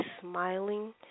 smiling